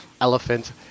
Elephant